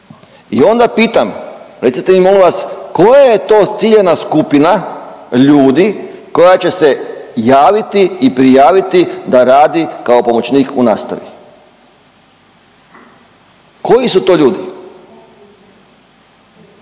I onda pitam, recite mi molim vas koja je to ciljana skupina ljudi koja će se javiti i prijaviti da radi kao pomoćnik u nastavi. Koji su to ljudi?